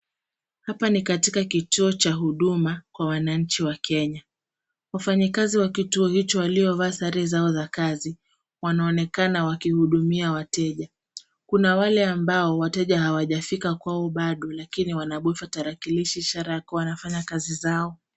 Hapa ni katika kituo cha huduma kwa wananchi wa Kenya. Wafanyikazi wa kituo hicho waliovaa sare zao za kazi, wanaonekana wakihudumia wateja. Kuna wale ambao wateja hawajafika kwao bado lakini wanabofya tarakilishi ishara ya kuwa wanafanya kazi zao.